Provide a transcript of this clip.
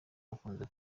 bakunze